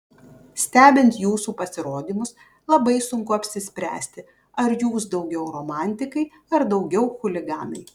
stebint jūsų pasirodymus labai sunku apsispręsti ar jūs daugiau romantikai ar daugiau chuliganai